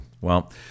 Well-